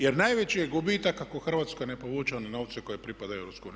Jer najveći je gubitak ako Hrvatska ne povuče one novce koji pripadaju EU.